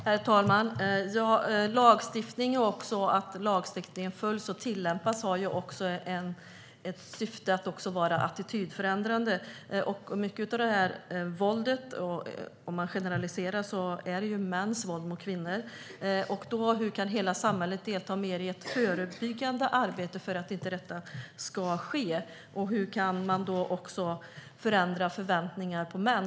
Herr talman! Lagstiftning och att lagstiftningen följs och tillämpas har ett syfte att vara attitydförändrande. Mycket av våldet, för att generalisera, är mäns våld mot kvinnor. Hur kan hela samhället delta mer i förebyggande arbete för att detta inte ska ske, och hur kan man förändra förväntningarna på män?